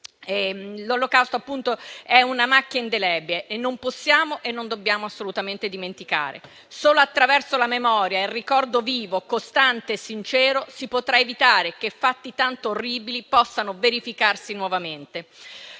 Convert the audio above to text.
appunto, è una macchia indelebile e non possiamo e non dobbiamo assolutamente dimenticarlo. Solo attraverso la memoria e il ricordo vivo, costante e sincero si potrà evitare che fatti tanto orribili possano verificarsi nuovamente,